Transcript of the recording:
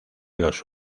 los